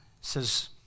says